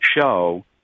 show